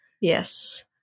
Yes